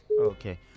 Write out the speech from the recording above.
Okay